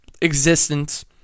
existence